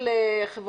בשמחה.